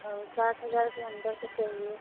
और साठ हजार के अन्दर का चाहिए